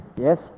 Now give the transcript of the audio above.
Yes